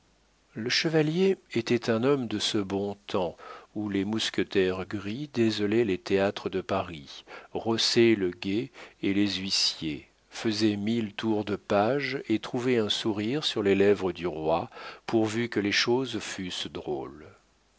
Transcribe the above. le chevalier était un homme de ce bon temps où les mousquetaires gris désolaient les théâtres de paris rossaient le guet et les huissiers faisaient mille tours de page et trouvaient un sourire sur les lèvres du roi pourvu que les choses fussent drôles